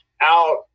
out